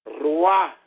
Roi